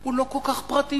הוא לא כל כך פרטי.